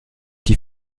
die